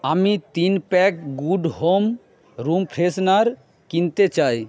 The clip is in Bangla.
আমি তিন pack good home room freshener কিনতে চাই